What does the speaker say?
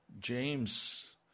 James